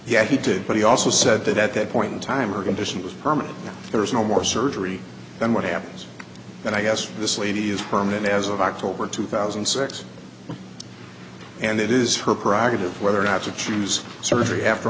yeah he did but he also said that at that point in time her condition was permanent there was no more surgery then what happens then i guess this lady is permanent as of october two thousand and six and it is her prerogative whether or not to choose surgery after